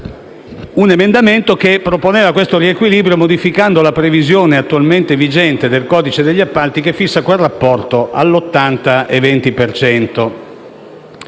emendamento proponeva il suddetto riequilibrio modificando la previsione attualmente vigente del codice degli appalti, che fissa quel rapporto